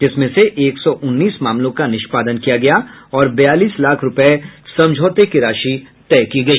जिसमें से एक सौ उन्नीस मामलों का निष्पादन किया गया और बयालीस लाख रूपये समझौता की राशि तय की गई